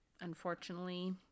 unfortunately